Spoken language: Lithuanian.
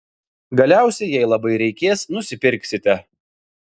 galiausiai jei labai reikės nusipirksite